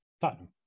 Tottenham